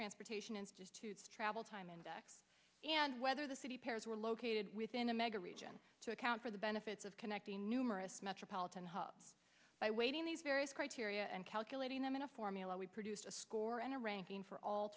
transportation institute travel time index and whether the city pairs were located within a mega region to account for the benefits of connecting numerous metropolitan hubs by weighting these various criteria and calculating them in a formula we produce a score and a ranking for all